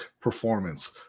performance